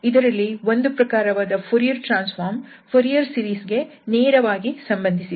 ಇದರಲ್ಲಿ ಒಂದು ಪ್ರಕಾರವಾದ Fourier transform Fourier series ಗೆ ನೇರವಾಗಿ ಸಂಬಂಧಿಸಿದೆ